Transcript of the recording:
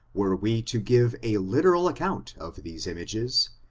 were we to give a literal account of these images,